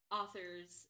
authors